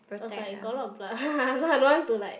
it was like got a lot of blood so I don't want to like